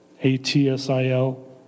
A-T-S-I-L